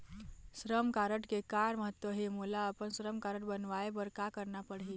श्रम कारड के का महत्व हे, मोला अपन श्रम कारड बनवाए बार का करना पढ़ही?